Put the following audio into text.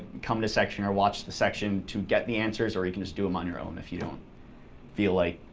come to section or watch the section to get the answers, or you can just do them on your own if you don't feel like